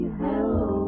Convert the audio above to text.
hello